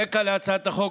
הרקע להצעת החוק: